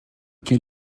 quel